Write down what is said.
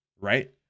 right